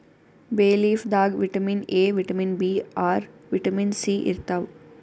ಬೇ ಲೀಫ್ ದಾಗ್ vitamin A, vitamin B ಆರ್, ವಿಟಮಿನ್ ಸಿ ಇರ್ತವ್